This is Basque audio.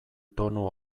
tonu